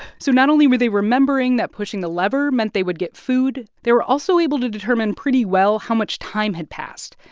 so not only were they remembering that pushing the lever meant they would get food. they were also able to determine pretty well how much time had passed.